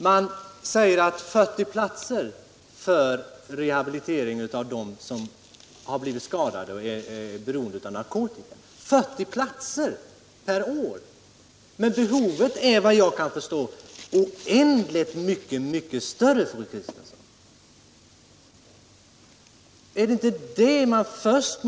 Man säger att 40 platser är tillräckligt för rehabilitering av dem som blivit skadade och är beroende av narkotika. 40 platser per år! Men behovet är vad jag kan förstå oändligt mycket större, fru Kristensson.